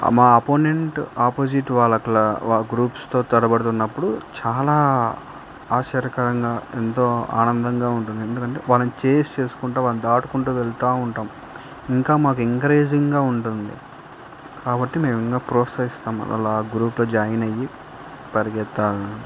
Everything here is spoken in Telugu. మా అపోనెంట్ ఆపోజిట్ వాళ్ళ కలా వా గ్రూప్స్తో తడబడుతున్నప్పుడు చాలా ఆశ్చర్యకరంగా ఎంతో ఆనందంగా ఉంటుంది ఎందుకంటే వాళ్ళని చేస్ చేసుకుంటూ వాళ్ళని దాడుకుంటూ వెళుతూ ఉంటాము ఇంకా మాకు ఎంకరేజింగ్గా ఉంటుంది కాబట్టి మేము ఇంకా ప్రోత్సహిస్తాము అలా ఆ గ్రూప్లో జాయిన్ అయ్యి పరిగెత్తాలని